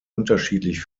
unterschiedlich